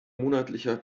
monatlicher